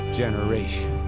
generation